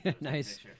nice